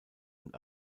und